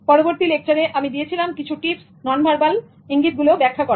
পরবর্তী লেকচারে আমি দিয়েছিলাম কিছু টিপস নন ভার্বাল ইঙ্গিতগুলো ব্যাখ্যা করার